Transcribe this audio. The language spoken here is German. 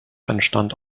entstand